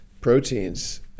proteins